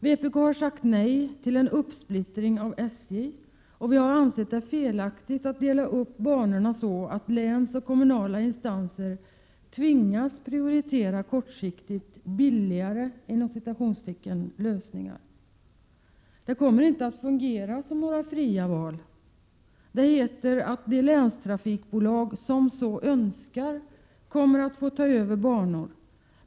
Vpk har sagt nej till en uppsplittring av SJ och ansett det vara felaktigt att dela upp banorna så att länsinstanser och kommunala instanser tvingas prioritera de kortsiktigt ”billigare” lösningarna. Det kommer inte att fungera som några fria val. Det heter att de länstrafikbolag som så önskar kommer att få ta över banor.